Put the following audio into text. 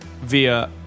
via